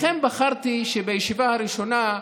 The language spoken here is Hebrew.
לכן בחרתי שבישיבה הראשונה,